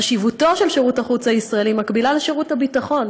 חשיבותו של שירות החוץ הישראלי מקבילה לזו של שירות הביטחון.